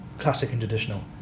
classic and traditional,